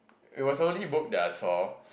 it was only book that I saw